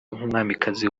nk’umwamikazi